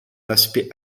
aspect